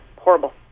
horrible